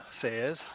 says